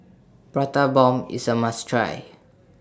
Prata Bomb IS A must Try